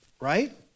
right